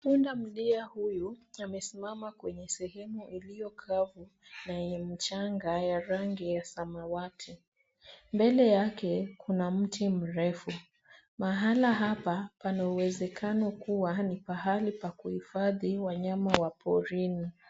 Pundamilia huyu amesimama kwenye sehemu iliyo kavu na yenye mchanga ya rangi ya samawati. Mbele yake, kuna mti mrefu. Mahala hapa pana uwezekano kuwa ni pahali pa kuhifadhi wanyama wa porini.